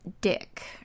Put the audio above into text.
dick